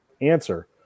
answer